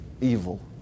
evil